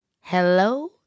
Hello